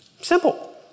Simple